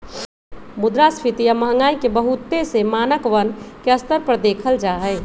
मुद्रास्फीती या महंगाई के बहुत से मानकवन के स्तर पर देखल जाहई